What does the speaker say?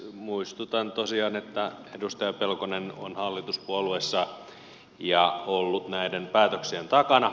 muistutan tosiaan että edustaja pelkonen on hallituspuolueessa ja ollut näiden päätöksien takana